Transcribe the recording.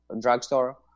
drugstore